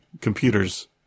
computers